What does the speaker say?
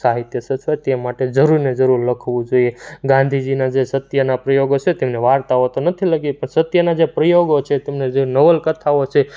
સાહિત્ય સચવાય તે માટે જરૂરને જરૂર લખવું જોઈએ ગાંધીજીના જે સત્યના પ્રયોગો છે તેમણે વાર્તાઓ તો નથી લખી પણ સત્યના જે પ્રયોગો છે તેની જે નવલકથાઓ છે